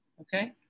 Okay